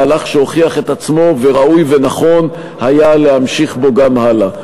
מהלך שהוכיח את עצמו וראוי ונכון היה להמשיך בו גם הלאה.